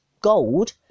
gold